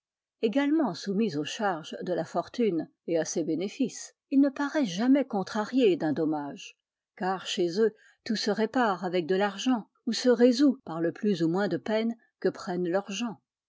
également soumis aux charges de la fortune et à ses bénéfices ils ne paraissent jamais contrariés d'un dommage car chez eux tout se répare avec de l'argent ou se résout par le plus ou moins de peine que prennent leurs gens